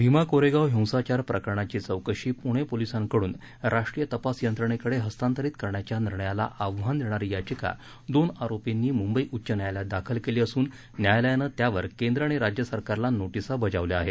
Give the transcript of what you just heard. भीमा कोरेगाव हिंसाचार प्रकरणाची चौकशी पूणे पोलीसांकडून राष्ट्रीय तपास यंत्रणेकडे हस्तांतरित करण्याच्या निर्णयाला आव्हान देणारी याचिका दोन आरोपींनी मुंबई उच्च न्यायालयात दाखल केली असून न्यायालयानं त्यावर केंद्र आणि राज्य सरकारला नोटीसा बजावल्या आहेत